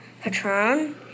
Patron